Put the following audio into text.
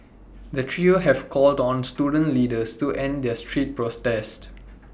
the trio have called on the student leaders to end their street protests